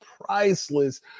priceless